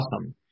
awesome